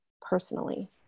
personally